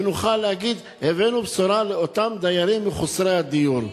ונוכל להגיד: הבאנו בשורה לאותם מחוסרי הדיור.